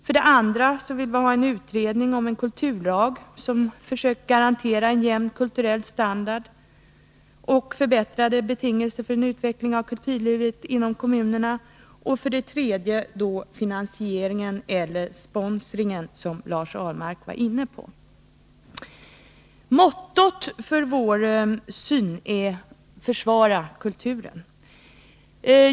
För det andra vill vi ha en utredning om en kulturlag, som garanterar en jämn kulturell standard och förbättrade betingelser för en kraftfull utveckling av kulturlivet i kommunerna. För det tredje handlar det om finansieringen eller sponsorverksamheten, något som Lars Ahlmark berörde. Mottot för vår syn är: Försvara kulturen!